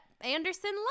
Anderson